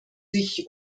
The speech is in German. sich